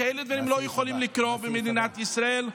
כאלה דברים לא יכולים לקרות במדינת ישראל.